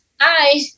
Hi